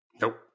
Nope